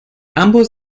ambos